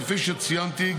כפי שציינתי,